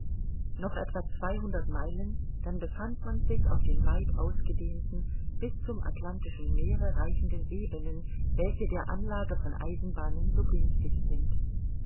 noch etwa zweihundert meilen dann befand man sich auf den weit ausgedehnten bis zum atlantischen meere reichenden ebenen welche der anlage von eisenbahnen so günstig sind